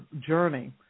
journey